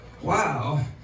Wow